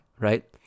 Right